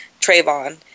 Trayvon